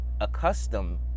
accustomed